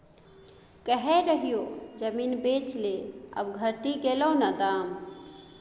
कहय रहियौ जमीन बेच ले आब घटि गेलौ न दाम